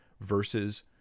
versus